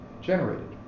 generated